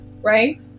right